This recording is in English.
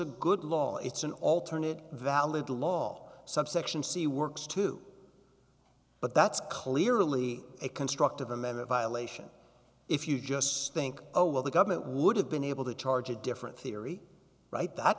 a good law it's an alternative valid law subsection c works too but that's clearly a construct of a man a violation if you just think oh well the government would have been able to charge a different theory right